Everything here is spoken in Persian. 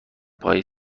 پای